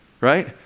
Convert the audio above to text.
right